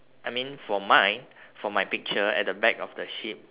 I mean for mine for my picture at the back of the sheep